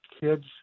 kids